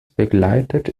begleitet